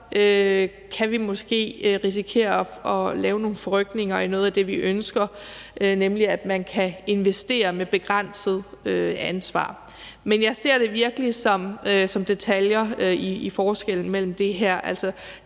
kan man måske risikere at lave nogle forrykninger i noget af det, vi ønsker, nemlig at man kan investere med begrænset ansvar. Men jeg ser det virkelig som detaljer i forskellen mellem de to